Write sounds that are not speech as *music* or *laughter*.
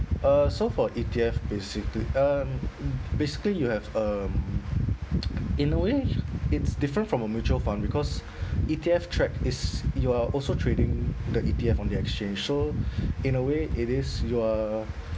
uh so for E_T_F basically uh basically you have um *noise* in a way it's different from a mutual fund because E_T_F track this you are also trading the E_T_F from the exchange so in a way it is you are